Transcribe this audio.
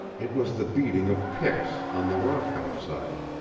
it was the beating of picks on the rock outside.